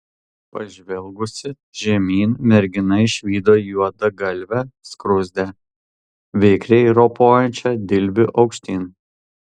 pažvelgusi žemyn mergina išvydo juodagalvę skruzdę vikriai ropojančią dilbiu aukštyn